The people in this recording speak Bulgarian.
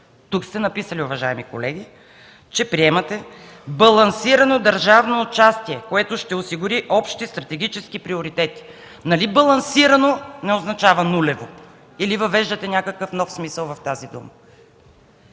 сте записали, че „Приема балансирано държавно участие, което ще осигури общи стратегически приоритети”. Нали „балансирано” не означава нулево, или въвеждате някакъв нов смисъл в тази дума?!